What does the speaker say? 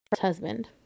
husband